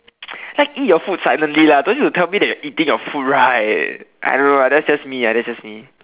like eat your food silently lah don't need to tell me that you're eating your food right I don't know lah that's just me lah that's just me